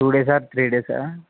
two days or three డేసా